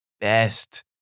best